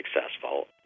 successful